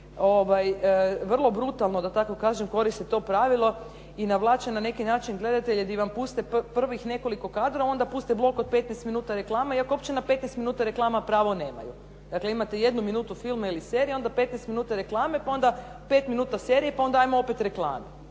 vrlo brutalno da tako kažem koriste to pravilo i navlače na neki način gledatelje di vam puste prvih nekoliko kadrova, onda puste blok od 15 minuta reklama, iako uopće na 15 minuta reklama pravo nemaju. Dakle, imate jednu minutu filma ili serije, onda 15 minuta reklame, pa onda 5 minuta serije, pa onda hajmo opet reklame.